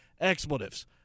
Expletives